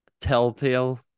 telltale